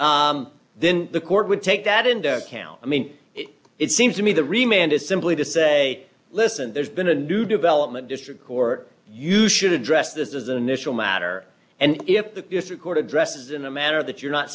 day then the court would take that into account i mean it seems to me the remained is simply to say listen there's been a new development district court you should address this as an initial matter and if the record addresses in a manner that you're not